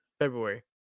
February